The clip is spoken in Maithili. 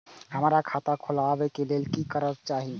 हमरा खाता खोलावे के लेल की सब चाही?